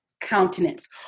countenance